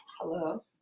Hello